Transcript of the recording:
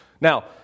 Now